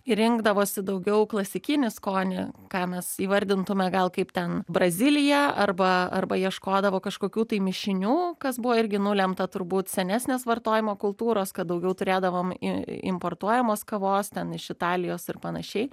ir rinkdavosi daugiau klasikinį skonio ką mes įvardintume gal kaip ten braziliją arba arba ieškodavo kažkokių tai mišinių kas buvo irgi nulemta turbūt senesnės vartojimo kultūros kad daugiau turėdavom importuojamos kavos ten iš italijos ir panašiai